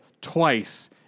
twice